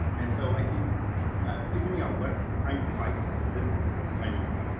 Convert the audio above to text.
and so i think figuring out what kind of crisis this is is is kind of